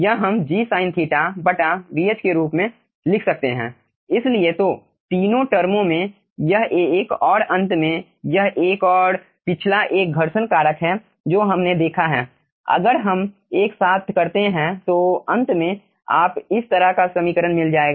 यह हम G sin बटा vh के रूप में लिख सकते हैं इसलिए तो तीनों टर्मो में यह एक और अंत में यह एक और पिछला एक घर्षण कारक है जो हमने देखा है अगर हम एक साथ करते हैं तो अंत में आप इस तरह का समीकरण मिल जाएगा